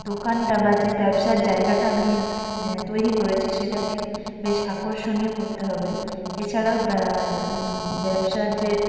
দোকানটা বা যে ব্যবসার জায়গাটা আমি তৈরি করেচি সেটাকে বেশ আকর্ষণীয় করতে হবে এছাড়াও ব্য ব্যবসার যে